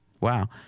Wow